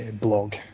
blog